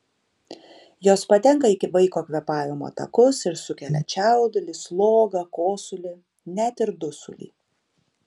jos patenka į vaiko kvėpavimo takus ir sukelia čiaudulį slogą kosulį net ir dusulį